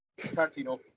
Tarantino